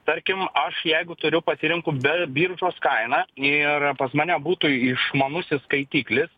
tarkim aš jeigu turiu pasirenku be biržos kainą ir pas mane būtų išmanusis skaitiklis